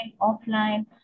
offline